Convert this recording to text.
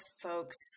folks